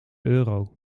euro